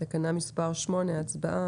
תקנה מספר 8, הצבעה.